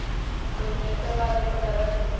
कोइ ट्रैक्टर बा जे पर ज्यादा छूट हो?